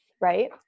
right